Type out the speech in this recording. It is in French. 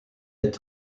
est